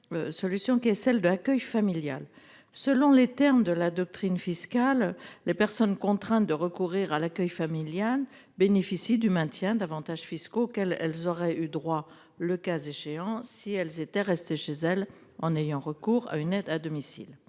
handicap, qu'est l'accueil familial. Selon la doctrine fiscale, les personnes contraintes de recourir à l'accueil familial bénéficient du maintien d'avantages fiscaux auxquels elles auraient eu droit, le cas échéant, si elles étaient restées chez elles en ayant recours à une aide à domicile.